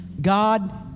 God